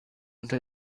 unter